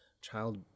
child